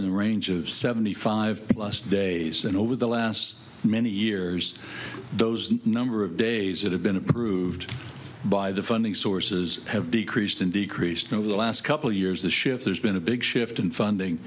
in the range of seventy five plus days and over the last many years those number of days that have been approved by the funding sources have decreased and decreased over the last couple years the shift there's been a big shift in funding